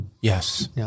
Yes